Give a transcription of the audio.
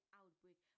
outbreak